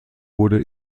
wurde